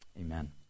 Amen